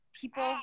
people